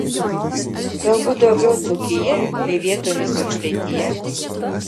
galbūt daugiau dzūkija bei vietomis aukštaitija